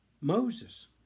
Moses